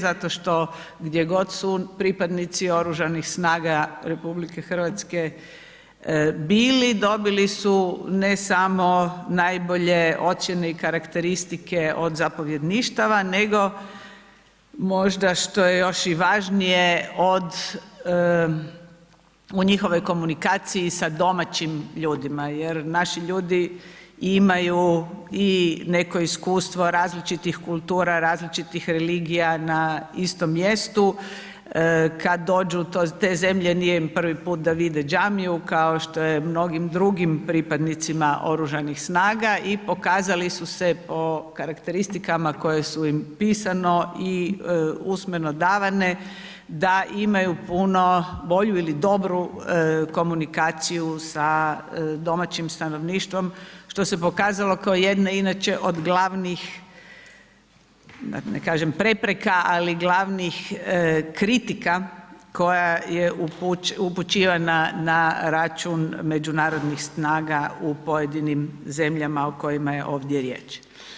Zato što gdje su pripadnici OS-a RH bili, dobili su ne samo najbolje i karakteristike od zapovjedništava nego možda što je još i važnije, u njihovoj komunikaciji sa domaćim ljudima jer naši ljudi imaju i neko iskustvo različitih kultura, različitih religija na istom mjestu, kad dođu u zemlje, nije im prvi put da vide džamiju kao što je mnogim drugim pripadnicima OS-a i pokazali su se po karakteristikama koje su i pisano i usmeno davane, da imaju puno bolju ili dobru komunikacijama sa domaćim stanovništvo što se pokazalo kao jedna inače od glavnih da ne kaže prepreka ali glavnih kritika koja je upućivana na račun međunarodnih snaga u pojedinim zemljama o kojima je ovdje riječ.